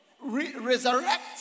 resurrect